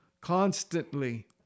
constantly